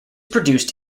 produced